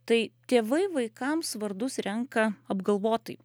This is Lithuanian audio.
tai tėvai vaikams vardus renka apgalvotai